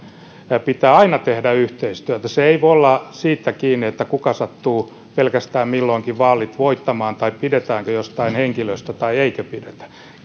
pitää aina tehdä yhteistyötä se ei voi olla kiinni pelkästään siitä kuka sattuu milloinkin vaalit voittamaan tai pidetäänkö jostain henkilöstä tai eikö pidetä